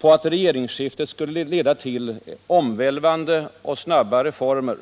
på att regeringsskiftet skulle leda till omvälvande och snabba reformer.